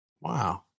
Wow